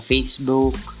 Facebook